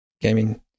gaming